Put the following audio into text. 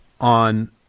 on